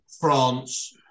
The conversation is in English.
France